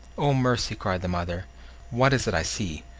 oh! mercy, cried the mother what is it i see?